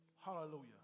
Hallelujah